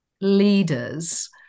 leaders –